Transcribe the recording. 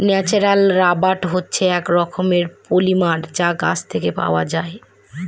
natural rubber হচ্ছে এক রকমের পলিমার যা গাছ থেকে পাওয়া যায়